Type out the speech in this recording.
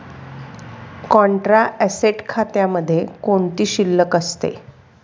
Contra asset खात्यामध्ये कोणती शिल्लक असते?